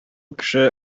кеше